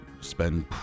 spend